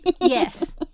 Yes